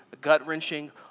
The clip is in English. gut-wrenching